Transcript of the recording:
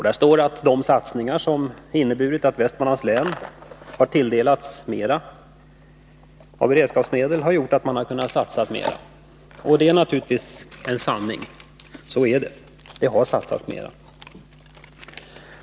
Där står det att de satsningar som inneburit att Västmanlands län har tilldelats mera av beredskapsmedel har gjort att man har kunnat satsa mera, och det är naturligtvis en sanning. Så är det, det har satsats mera.